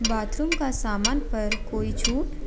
bathroom का सामान पर कोई छूट